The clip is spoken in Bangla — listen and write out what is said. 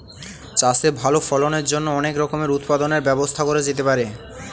চাষে ভালো ফলনের জন্য অনেক রকমের উৎপাদনের ব্যবস্থা করা যেতে পারে